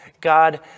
God